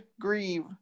grieve